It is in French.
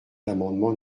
l’amendement